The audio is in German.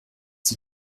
die